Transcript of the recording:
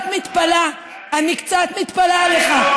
אני קצת מתפלאה עליך,